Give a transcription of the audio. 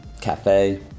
cafe